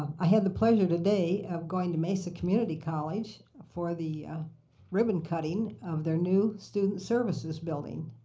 i had the pleasure today of going to mesa community college for the ribbon cutting of their new student services building.